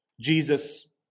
Jesus